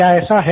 क्या ऐसा है